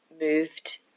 moved